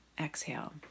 Exhale